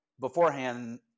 beforehand